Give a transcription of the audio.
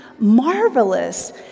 marvelous